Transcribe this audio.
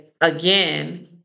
again